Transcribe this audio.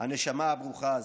הנשמה הברוכה הזאת.